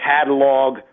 catalog